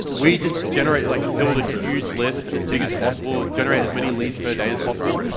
we just generate like build a huge list as big as possible, generate as many leads per day as possible,